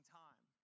time